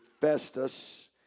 Festus